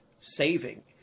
saving